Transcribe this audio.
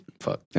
fuck